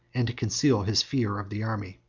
and to conceal his fear of the army.